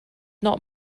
not